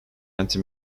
anti